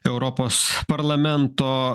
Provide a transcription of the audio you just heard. europos parlamento